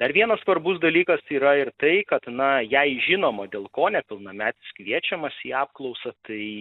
dar vienas svarbus dalykas tai yra ir tai kad na jei žinoma dėl ko nepilnametis kviečiamas į apklausą tai